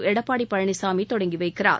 எடப்பாடி பழனிசாமி தொடங்கி வைக்கிறார்